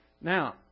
Now